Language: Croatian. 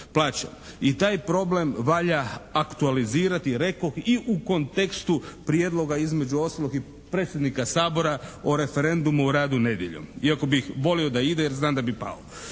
I taj problem valja aktualizirati i rekoh i u kontekstu prijedloga između ostalog i predsjednika Sabora o referendumu o radu nedjeljom. Iako bih volio da ide jer znam da bi pao.